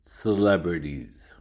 celebrities